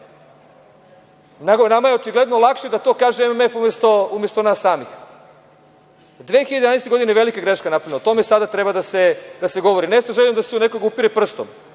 nama je očigledno lakše da to kaže MMF umesto nas samih. Napravljena je velika greška 2011. godine. O tome sada treba da se govori. Ne sa željom da se u nekoga upire prstom,